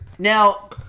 Now